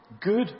good